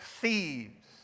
thieves